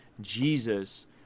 Jesus